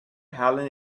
helen